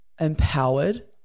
empowered